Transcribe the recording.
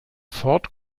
ford